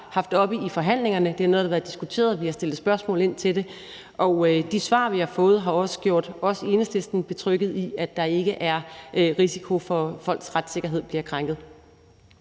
haft oppe i forhandlingerne. Det er noget, der har været diskuteret, og vi har stillet spørgsmål om det. Og de svar, vi har fået, har også gjort os i Enhedslisten betrygget i, at der ikke er risiko for, at folks retssikkerhed bliver krænket.